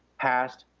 passed